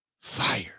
Fire